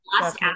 last